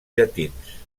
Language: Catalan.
llatins